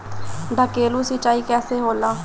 ढकेलु सिंचाई कैसे होला?